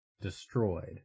destroyed